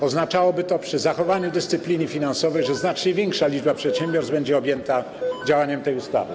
Oznaczałoby to, przy zachowaniu dyscypliny finansowej, że znacznie większa liczba przedsiębiorstw będzie objęta działaniem tej ustawy.